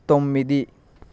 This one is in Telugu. తొమ్మిది